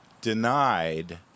denied